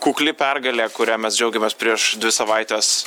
kukli pergalė kuria mes džiaugėmės prieš dvi savaites